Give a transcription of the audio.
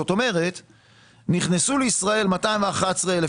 כלומר נכנסו לישראל 211,000